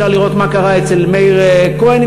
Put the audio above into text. אפשר לראות מה קרה אצל מאיר כהן,